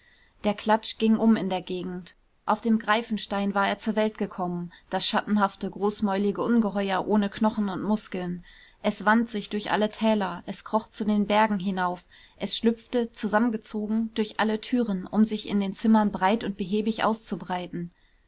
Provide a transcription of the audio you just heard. der klatsch ging um in der gegend auf dem greifenstein war er zur welt gekommen das schattenhafte großmäulige ungeheuer ohne knochen und muskeln es wand sich durch alle täler es kroch zu den bergen hinauf es schlüpfte zusammengezogen durch alle türen um sich in den zimmern breit und behäbig auszubreiten